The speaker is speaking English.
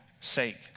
sake